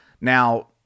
Now